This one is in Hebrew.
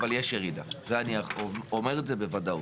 אבל יש ירידה ואני אומר את זה בוודאות.